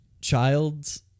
childs